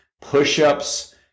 push-ups